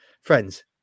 friends